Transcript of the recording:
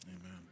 Amen